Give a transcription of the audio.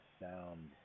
sound